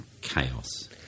chaos